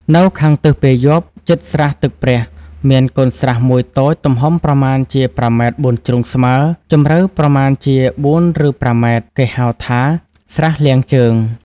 នៅខាងទិសពាយ័ព្យ ជិតស្រះទឹកព្រះ មានកូនស្រះមួយតូច ទំហំប្រមាណជា ៥ ម. បួនជ្រុងស្មើ ជម្រៅប្រមាណជា ៤ ឬ ៥ ម., គេហៅថា ស្រះលាងជើង ។